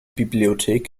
bibliothek